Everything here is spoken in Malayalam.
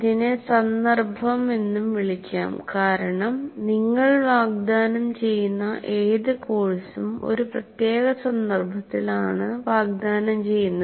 ഇതിനെ സന്ദർഭം എന്നും വിളിക്കാം കാരണം നിങ്ങൾ വാഗ്ദാനം ചെയ്യുന്ന ഏത് കോഴ്സും ഒരു പ്രത്യേക സന്ദർഭത്തിലാണ് വാഗ്ദാനം ചെയ്യുന്നത്